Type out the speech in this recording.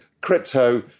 crypto